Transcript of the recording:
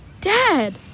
Dad